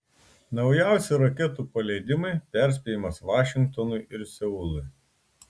naujausi raketų paleidimai perspėjimas vašingtonui ir seului